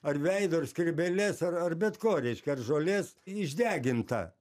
ar veido ar skrybėlės ar ar bet ko reiškia ar žolės išdeginta